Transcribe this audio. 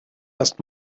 erst